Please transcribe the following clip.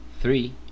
three